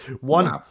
One